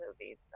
movies